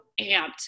amped